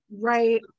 right